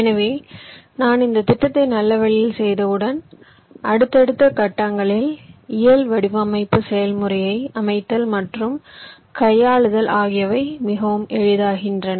எனவே நான் இந்த திட்டத்தை நல்ல வழியில் செய்தவுடன் அடுத்தடுத்த கட்டங்களில் இயல் வடிவமைப்பு செயல்முறையை அமைத்தல் மற்றும் கையாளுதல் ஆகியவை மிகவும் எளிதாகின்றன